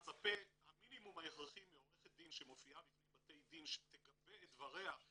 המינימום ההכרחי מעורכת דין שמופיעה בפני בתי דין שתגבה את דבריה,